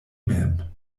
mem